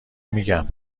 میگم